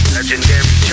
Legendary